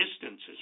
distances